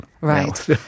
Right